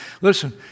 Listen